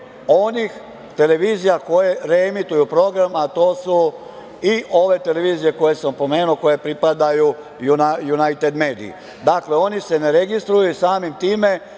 onih televizija koje reemituju program, a to su i ove televizije koje sam pomenuo, koje pripadaju Junajted mediji. Dakle, oni se ne registruju i samim time